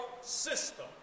system